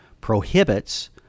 prohibits